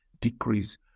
decrease